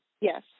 Yes